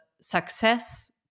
success